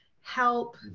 help